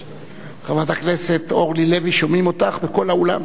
חברת הכנסת אורלי לוי, שומעים אותך בכל האולם.